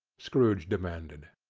scrooge demanded.